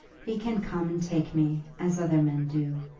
he can come and take me as other men do.